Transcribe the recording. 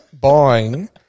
buying